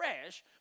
fresh